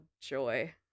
joy